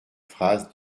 phrase